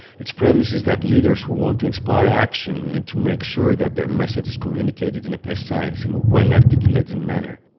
its premise is that leaders who want to inspire action need to make sure that their message is communicated in a precise and well-articulated manner.